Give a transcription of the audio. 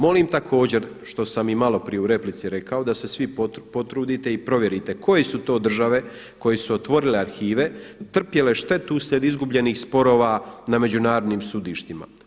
Molim također, što sam i malo prije u replici rekao da se svi potrudite i provjerite koje su to države koje su otvorile arhive, trpjele štetu uslijed izgubljenih sporova na međunarodnim sudištima.